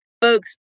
folks